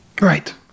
Right